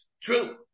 True